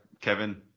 Kevin